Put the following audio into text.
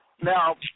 Now